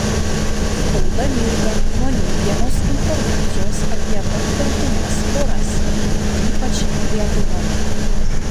spauda mirga nuo neigiamos informacijos apie tarptautines poras ypač lietuvoje